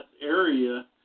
area